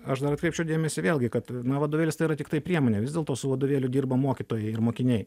aš dar atkreipčiau dėmesį vėlgi kad na vadovėlis tai yra tiktai priemonė vis dėlto su vadovėliu dirba mokytojai ir mokiniai